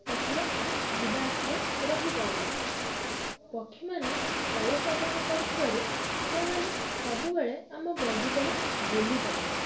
ପକ୍ଷୀର ଯିବା ଆସିବା ରହିପାରିବ ପକ୍ଷୀମାନେ ଫଳ ସେବନ କରୁଥିବାରୁ ସେମାନେ ସବୁବେଳେ ଆମ ବଗିଚାରେ ବୁଲି ପାରିବେ